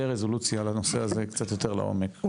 רזולוציה על הנושא הזה קצת יותר לעומק,